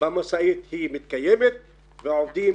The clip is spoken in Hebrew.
במשאית מתקיימת והעובדים